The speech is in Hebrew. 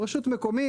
הוא רשות מקומית.